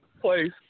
place